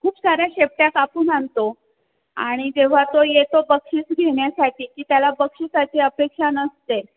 खूप साऱ्या शेपट्या कापून आनतो आणि जेव्हा तो येतो बक्षीस घेन्यासाटी की त्याला बक्षीसाची अपेक्षा नसते